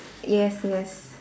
yes yes